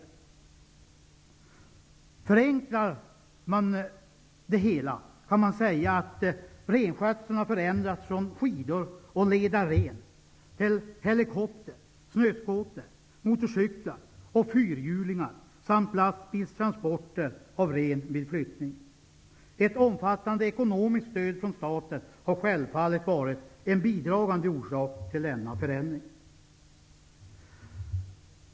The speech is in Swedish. Mycket förenklat kan man säga att renskötseln har förändrats från skidor och ledarren till helikopter, snöskoter, motorcyklar och fyrhjulingar samt lastbilstransporter av ren vid flyttning. Ett omfattande ekonomiskt stöd från staten har självfallet varit en bidragande orsak till denna förändring.